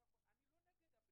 אנגליה,